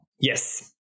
Yes